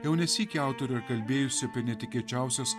jau ne sykį autorė yra kalbėjusi apie netikėčiausias